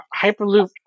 Hyperloop